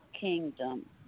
kingdom